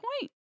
point